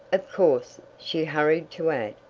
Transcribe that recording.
of course, she hurried to add,